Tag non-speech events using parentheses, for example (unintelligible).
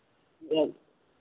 (unintelligible)